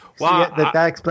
Wow